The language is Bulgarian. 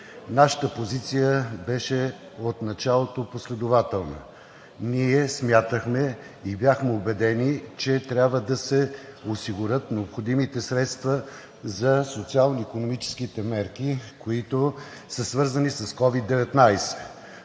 нашата позиция от началото беше последователна. Ние смятахме и бяхме убедени, че трябва да се осигурят необходимите средства за социално-икономически мерки, които са свързани с COVID-19,